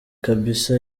kabisa